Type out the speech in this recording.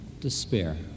despair